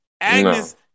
Agnes